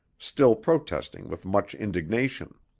still protesting with much indignation.